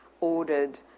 ordered